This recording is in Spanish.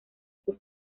sus